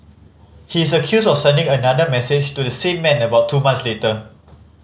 he is accused of sending another message to the same man about two month later